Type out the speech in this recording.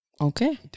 Okay